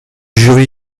jury